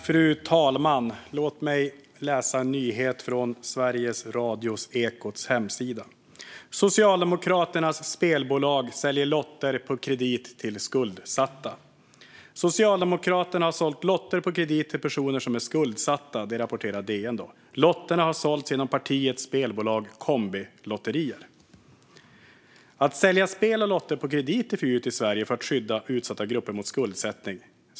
Fru talman! Låt mig läsa en nyhet från Sveriges Radios Ekots hemsida, nämligen att Socialdemokraternas spelbolag säljer lotter på kredit till skuldsatta. DN rapporterar att Socialdemokraterna har sålt lotter på kredit till personer som är skuldsatta. Lotterna har sålts genom partiets spelbolag Kombilotteriet. Att sälja spel och lotter på kredit är förbjudet i Sverige för att skydda utsatta grupper mot skuldsättning.